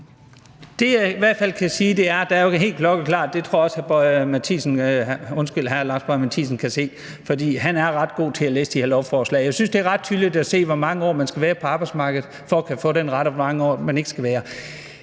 Det, jeg i hvert fald kan sige, er, at det er helt klokkeklart og tydeligt at se – det tror jeg også hr. Lars Boje Mathiesen kan se, for han er ret god til at læse det her lovforslag – hvor mange år man skal være på arbejdsmarkedet for at kunne få den ret, og hvor mange år man ikke skal være